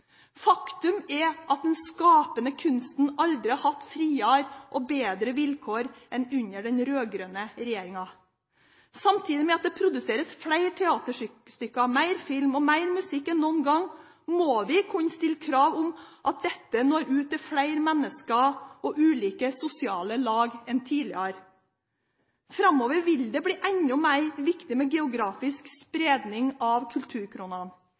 Faktum er at den skapende kunsten aldri har hatt friere og bedre vilkår enn under den rød-grønne regjeringen. Samtidig som at det produseres flere teaterstykker, mer film og musikk enn noen gang, må vi kunne stille krav om at dette når ut til flere mennesker og ulike sosiale lag enn tidligere. Framover vil det bli enda viktigere med geografisk spredning av kulturkronene.